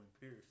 Pierce